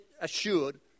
assured